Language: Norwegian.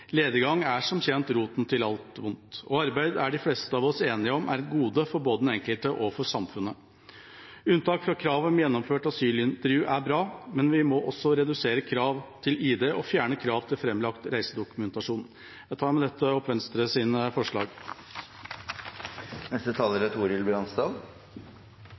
Lediggang er som kjent roten til alt ondt, og de fleste av oss er enige om at arbeid er et gode både for den enkelte og for samfunnet. Unntak fra krav om gjennomført asylintervju er bra, men vi må også redusere krav til ID og fjerne krav til framlagt reisedokumentasjon. Saken vi behandler i dag, er